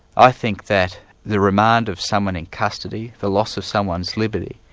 i think that the remand of someone in custody, the loss of someone's liberty,